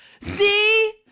See